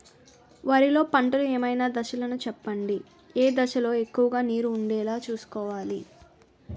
వరిలో పంటలు ఏమైన దశ లను చెప్పండి? ఏ దశ లొ ఎక్కువుగా నీరు వుండేలా చుస్కోవలి?